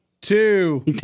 two